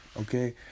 okay